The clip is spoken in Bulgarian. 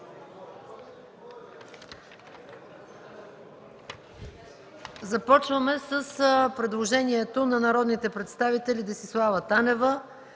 Започваме с предложението на народните представители Десислава Танева